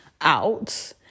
out